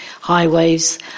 highways